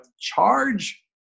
charge